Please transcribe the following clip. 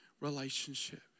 relationship